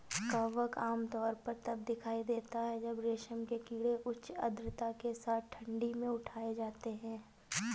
कवक आमतौर पर तब दिखाई देता है जब रेशम के कीड़े उच्च आर्द्रता के साथ ठंडी में उठाए जाते हैं